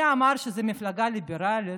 מי אמר שזו מפלגה ליברלית?